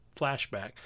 flashback